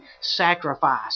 sacrifice